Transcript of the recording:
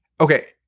okay